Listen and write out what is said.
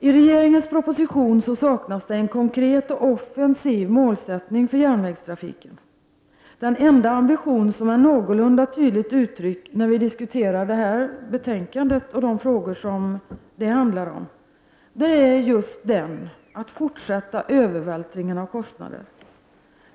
I regeringens proposition saknas det en konkret och offensiv målsättning för järnvägstrafiken. Den enda ambition som är någorlunda tydligt uttryckt, när vi diskuterar det här betänkandet, är just den att fortsätta övervältringen av kostnader.